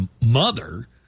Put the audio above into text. mother